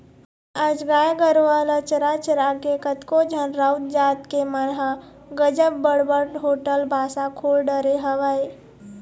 आज गाय गरुवा ल चरा चरा के कतको झन राउत जात के मन ह गजब बड़ बड़ होटल बासा खोल डरे हवय